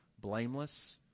blameless